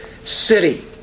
city